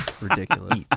ridiculous